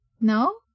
No